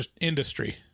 industry